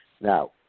Now